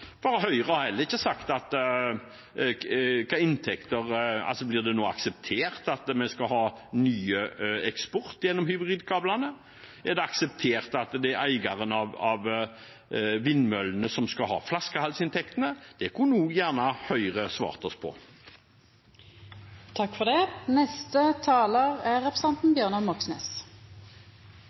Høyre har heller ikke sagt om det nå blir akseptert at vi skal ha ny eksport gjennom hybridkablene? Er det akseptert at det er eieren av vindmøllene som skal ha flaskehalsinntektene? Det kunne også gjerne Høyre svart oss på. De absurde strømprisene er et selvpåført samfunnsproblem som regjeringen nekter å løse. Kablene som er